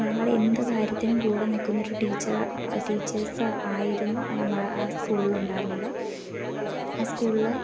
ഞങ്ങളുടെ എന്തു കാര്യത്തിനും കൂടി നിൽക്കുന്നൊരു ടീച്ചർ ടീച്ചേഴ്സ് ആയിരുന്നു നമ്മുടെ ആ സ്കൂളിൽ ഉണ്ടായിരുന്നത് ആ സ്കൂളിൽ